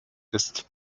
ist